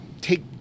take